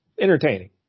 entertaining